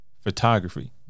photography